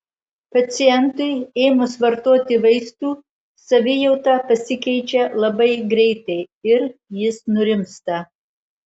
pacientui ėmus vartoti vaistų savijauta pasikeičia labai greitai ir jis nurimsta